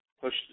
Push